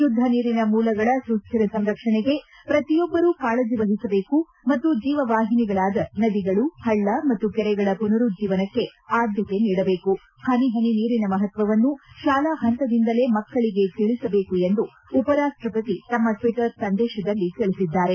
ಶುದ್ದ ನೀರಿನ ಮೂಲಗಳ ಸುಸ್ದಿರ ಸಂರಕ್ಷಣೆಗೆ ಪ್ರತಿಯೊಬ್ಬರೂ ಕಾಳಜಿ ವಹಿಸಬೇಕು ಮತ್ತು ಜೀವ ವಾಹಿನಿಗಳಾದ ನದಿಗಳು ಹಳ್ಳ ಮತ್ತು ಕೆರೆಗಳ ಪುನರುಜ್ಜೀವನಕ್ಕೆ ಆದ್ಯತೆ ನೀಡಬೇಕು ಹನಿ ಹನಿ ನೀರಿನ ಮಹತ್ವವನ್ನು ಶಾಲಾ ಹಂತದಿಂದಲೇ ಮಕ್ಕಳಿಗೆ ತಿಳಿಸಬೇಕು ಎಂದು ಉಪರಾಷ್ಟಪತಿ ತಮ್ಮ ಟ್ಲಿಟರ್ ಸಂದೇಶದಲ್ಲಿ ತಿಳಿಸಿದ್ದಾರೆ